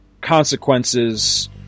consequences